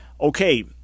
Okay